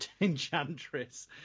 Enchantress